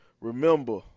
Remember